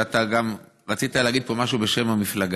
אתה גם רצית להגיד פה משהו בשם המפלגה.